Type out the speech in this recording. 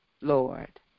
Lord